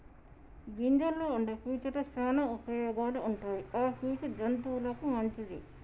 గింజల్లో వుండే పీచు తో శానా ఉపయోగాలు ఉంటాయి ఆ పీచు జంతువులకు మంచిది